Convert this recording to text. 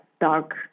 dark